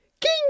King